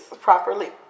properly